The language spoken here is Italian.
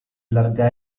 larga